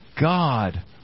God